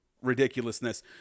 ridiculousness